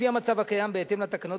לפי המצב הקיים בהתאם לתקנות,